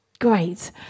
Great